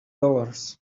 dollars